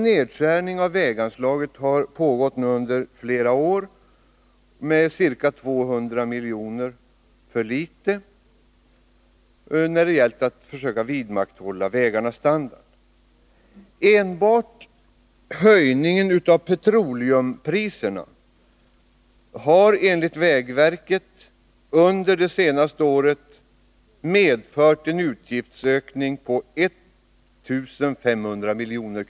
Nedskärning av väganslaget är något som har pågått under flera år, och när det gällt att försöka vidmakthålla vägarnas standard har det anslagits ca 200 miljoner för litet. Enbart höjningen av petroleumpriserna har enligt vägverket medfört en utgiftsökning under det senaste året med 1500 miljoner.